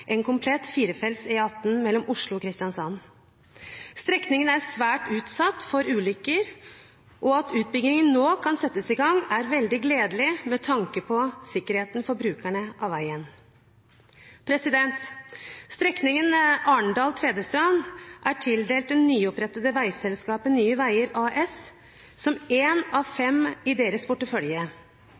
en komplett firefelts E18 mellom Oslo og Kristiansand. Strekningen er svært utsatt for ulykker, og at utbyggingen nå kan settes i gang, er veldig gledelig med tanke på sikkerheten for brukerne av veien. Strekningen Arendal–Tvedestrand er tildelt det nyopprettede veiselskapet Nye Veier AS, som én av fem i deres portefølje.